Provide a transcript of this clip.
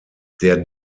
der